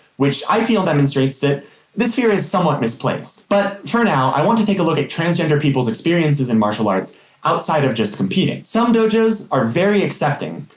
which i feel demonstrates that this fear is somewhat misplaced but for now, i want to look at transgender people's experiences in martial arts outside of just competing. some dojos are very accepting,